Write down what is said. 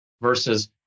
Versus